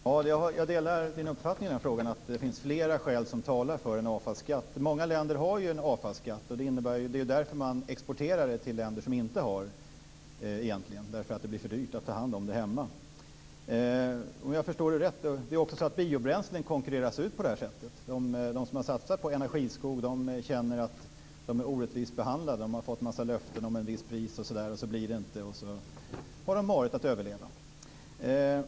Herr talman! Jag delar Kjell Larssons uppfattning i den frågan, att det finns flera skäl som talar för en avfallsskatt. Många länder har ju en avfallsskatt. Det är därför som man exporterar avfall till länder som inte har det. Det blir för dyrt att ta hand om avfallet hemma. På det här sättet konkurreras biobränslen ut. De som har satsat på energiskog känner att de är orättvist behandlade. De har fått en massa löften om ett visst pris, men så blir det inte och då blir det marigt för dem att överleva.